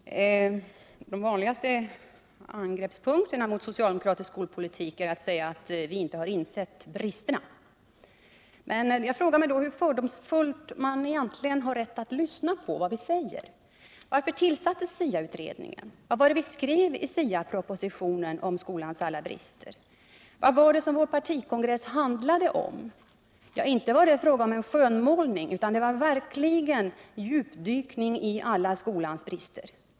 Herr talman! Den vanligaste angreppspunkten mot socialdemokratisk skolpolitik är att säga att vi inte har insett skolans brister. Jag frågar mig då hur fördomsfullt man egentligen har rätt att lyssna på vad vi säger. Varför tillsattes SIA-utredningen? Vad skrev vii SIA-propositionen om skolans alla brister? Vad handlade vår partikongress om? Ja, inte var det någon skönmålning utan en verklig djupdykning i alla skolans brister.